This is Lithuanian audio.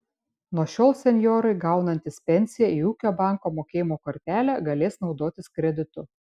nuo šiol senjorai gaunantys pensiją į ūkio banko mokėjimo kortelę galės naudotis kreditu